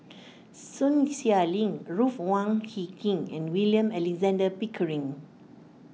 Sun Xueling Ruth Wong Hie King and William Alexander Pickering